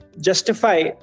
justify